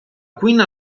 cuina